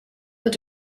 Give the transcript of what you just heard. wird